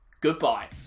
goodbye